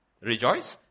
rejoice